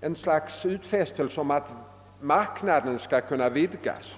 någon utfästelse om att marknaden skall kunna vidgas.